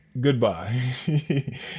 goodbye